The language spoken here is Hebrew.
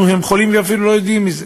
הם חולים ואפילו לא יודעים על זה,